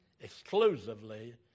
exclusively